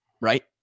right